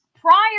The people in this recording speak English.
prior